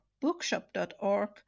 Bookshop.org